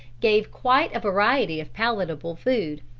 gave quite a variety of palatable food.